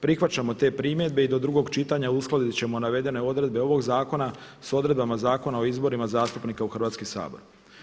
Prihvaćamo te primjedbe i do drugog čitanja uskladiti ćemo navedene odredbe ovog Zakona sa odredbama Zakona o izborima zastupnika u Hrvatski sabor.